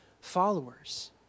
followers